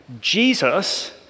Jesus